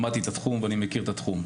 למדתי את התחום ואני מכיר את התחום.